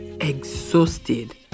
exhausted